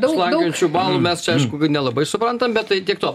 slankiojančių balų mes čia aišku nelabai suprantam bet tai tiek to